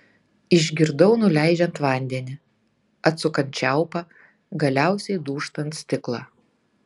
išgirdau nuleidžiant vandenį atsukant čiaupą galiausiai dūžtant stiklą